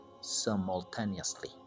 simultaneously